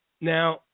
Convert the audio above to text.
Now